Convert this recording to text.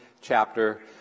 chapter